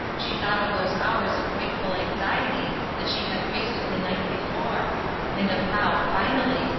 she thought of those hours of wakeful anxiety that she had wasted the night before and of how, finally,